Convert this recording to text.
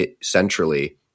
centrally